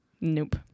Nope